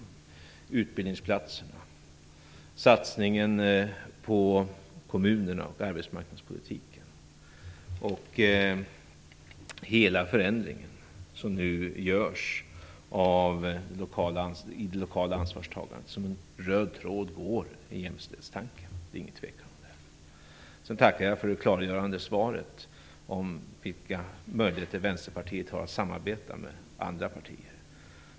Det handlar om utbildningsplatserna, satsningen på kommunerna och arbetsmarknadspolitiken och hela den förändring som nu görs i det lokala ansvarstagandet. Jämställdhetstanken går som en röd tråd genom detta. Det är ingen tvekan om det. Sedan tackar jag för det klargörande svaret om vilka möjligheter Vänsterpartiet har att samarbeta med andra partier.